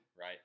right